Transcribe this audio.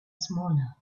smaller